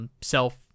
self